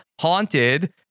haunted